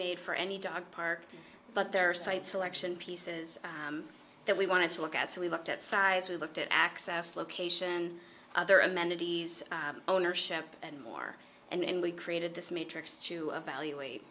made for any dog park but there are site selection pieces that we wanted to look at so we looked at size we looked at access location other amenities ownership and more and we created this matrix to evaluate